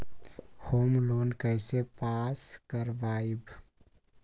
Home loan कैसे pass कर बाबई?